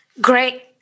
great